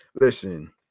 Listen